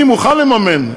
אני מוכן לממן,